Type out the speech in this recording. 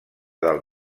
del